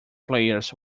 players